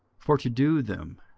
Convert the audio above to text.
for to do them,